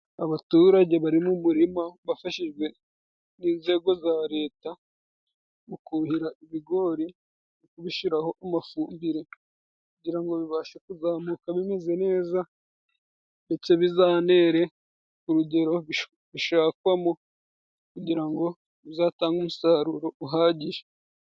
Abaturage bari mu murima bafashijwe n'inzego za Reta mu kuhira ibigori, kubishyiraho amafumbire kugira ngo bizabashe kuzamuka bimeze neza, ndetse bizanere urugero bishakwamo, kugira ngo bizatange umusaruro uhagije.